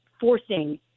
forcing